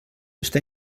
està